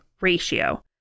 ratio